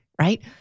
Right